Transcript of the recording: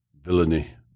villainy